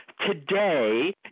today